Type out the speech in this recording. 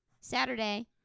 Saturday